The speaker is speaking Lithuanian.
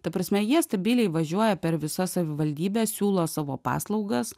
ta prasme jie stabiliai važiuoja per visas savivaldybes siūlo savo paslaugas